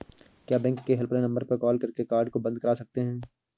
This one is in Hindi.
क्या बैंक के हेल्पलाइन नंबर पर कॉल करके कार्ड को बंद करा सकते हैं?